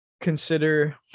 consider